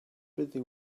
busy